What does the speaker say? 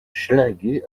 schlinguer